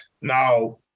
Now